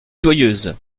joyeuse